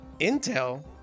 Intel